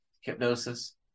hypnosis